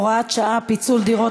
הוראת שעה) (פיצול דירות),